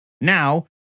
now